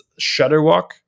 Shutterwalk